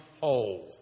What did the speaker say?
whole